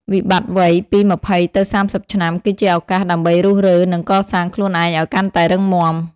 វិបត្តិវ័យពី ២០ ទៅ ៣០ ឆ្នាំ គឺជាឱកាសដើម្បីរុះរើ និងកសាងខ្លួនឯងឱ្យកាន់តែរឹងមាំ។